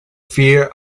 fear